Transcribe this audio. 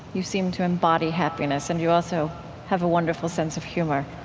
you seem to embody happiness and you also have a wonderful sense of humor.